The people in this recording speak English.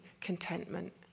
contentment